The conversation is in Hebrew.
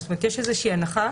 לבקש איזושהי הנחה